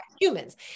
humans